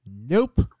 Nope